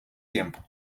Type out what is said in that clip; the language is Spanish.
tiempo